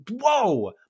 whoa